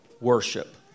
worship